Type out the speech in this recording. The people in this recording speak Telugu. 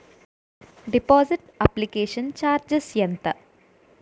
డిపాజిట్ అప్లికేషన్ చార్జిస్ ఎంత?